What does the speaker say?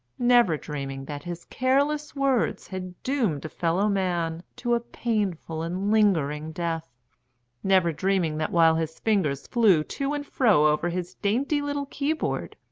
never dreaming that his careless words had doomed a fellow-man to a painful and lingering death never dreaming that while his fingers flew to and fro over his dainty little keyboard,